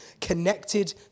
connected